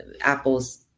Apple's